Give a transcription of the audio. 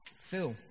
Phil